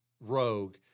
rogue